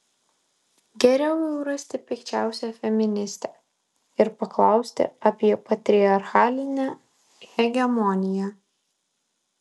geriau jau rasti pikčiausią feministę ir paklausti apie patriarchalinę hegemoniją